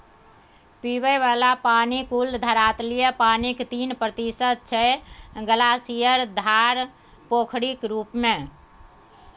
पीबय बला पानि कुल धरातलीय पानिक तीन प्रतिशत छै ग्लासियर, धार, पोखरिक रुप मे